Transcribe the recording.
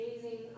amazing